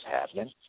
happening